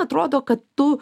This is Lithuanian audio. atrodo kad tu